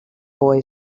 boy